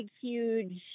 huge